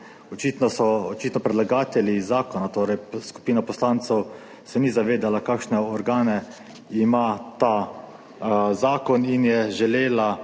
Očitno se predlagatelji zakona, torej skupina poslancev, ni zavedala, kakšne organe ima ta zakon, in je želela